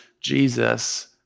Jesus